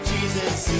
Jesus